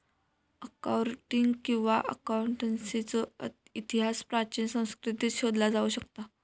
accounting किंवा अकाउंटन्सीचो इतिहास प्राचीन संस्कृतींत शोधला जाऊ शकता